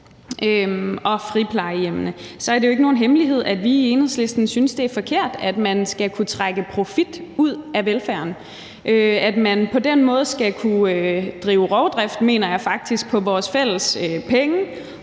og friplejehjemmene er det jo ikke nogen hemmelighed, at vi i Enhedslisten synes, det er forkert, at man skal kunne trække profit ud af velfærden, at man på den måde skal kunne drive rovdrift, mener jeg faktisk, på vores fælles penge